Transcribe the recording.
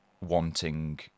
wanting